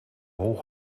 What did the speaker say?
hol